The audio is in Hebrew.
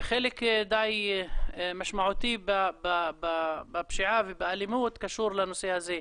וחלק דיי משמעותי בפשיעה ובאלימות קשור לנושא הזה.